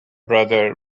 brother